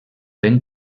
ben